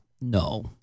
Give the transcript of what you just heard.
No